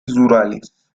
rurales